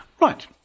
Right